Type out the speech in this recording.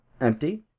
empty